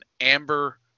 amber